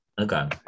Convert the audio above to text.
Okay